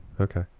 Okay